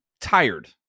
tired